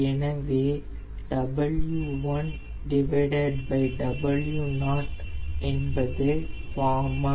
எனவே W1W0 என்பது warm அப்